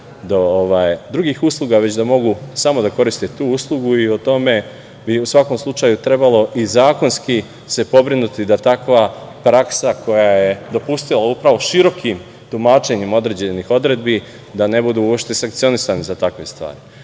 do drugih usluga, već da mogu da koriste samo tu uslugu i o tome bi, u svakom slučaju, trebalo i zakonski se pobrinuti da takva praksa, koja je dopustila upravo širokim tumačenjem određenih odredbi, da ne budu uopšte sankcionisani za takve stvari. Poseban